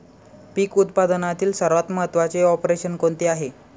पीक उत्पादनातील सर्वात महत्त्वाचे ऑपरेशन कोणते आहे?